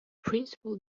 principal